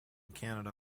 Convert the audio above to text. canada